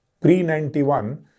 Pre-91